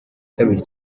kabiri